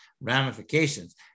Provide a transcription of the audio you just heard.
ramifications